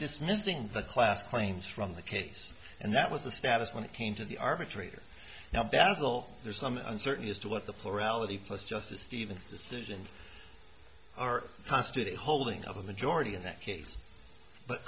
dismissing the class claims from the case and that was the status when it came to the arbitrator now basil there's some uncertainty as to what the plurality plus justice stevens decision are constituted holding of a majority in that case but